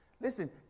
listen